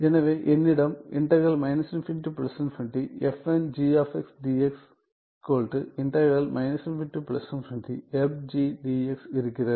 எனவே என்னிடம் இருக்கிறது